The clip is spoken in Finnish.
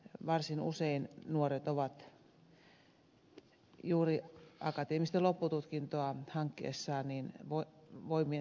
varsin usein nuoret ovat juuri akateemista loppututkintoa hankkiessaan voimiensa äärirajoilla